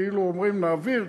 כאילו אומרים: נעביר,